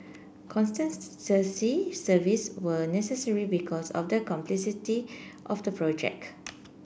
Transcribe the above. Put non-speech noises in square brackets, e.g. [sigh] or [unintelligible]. [unintelligible] services were necessary because of the complexity of the project